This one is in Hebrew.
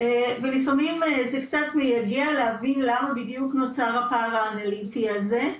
ולפעמים זה קצת מייגע למה בדיוק נוצר הפער האנליטי הזה,